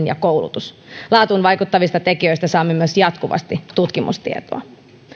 ja koulutus laatuun vaikuttavista tekijöistä saamme myös jatkuvasti tutkimustietoa